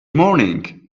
morning